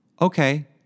okay